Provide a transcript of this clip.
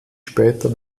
später